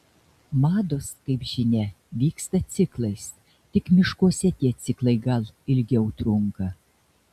mados kaip žinia vyksta ciklais tik miškuose tie ciklai gal ilgiau trunka